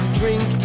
drink